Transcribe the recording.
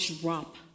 drop